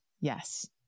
Yes